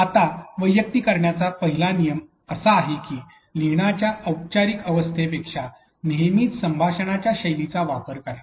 आता वैयक्तिकीकरणाचा पहिला नियम असा आहे की लिहिण्याच्या औपचारिक अवस्थेपेक्षा नेहमीच संभाषणाच्या शैलीचा वापर करा